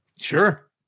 Sure